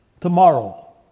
tomorrow